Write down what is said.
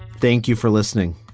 thank you for listening